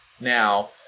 Now